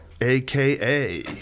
aka